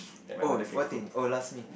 oh what thing oh last meal